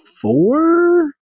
four